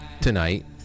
tonight